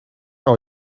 are